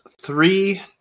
three